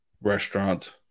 restaurant